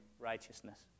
righteousness